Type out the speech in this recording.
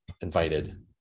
invited